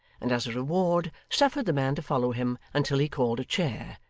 and as a reward suffered the man to follow him until he called a chair,